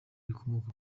rikomoka